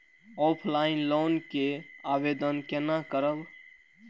Offline loan के आवेदन केना करब?